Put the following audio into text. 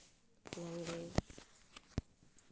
ᱢᱟᱜ ᱢᱚᱬᱮ